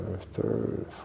Third